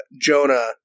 Jonah